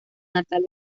natal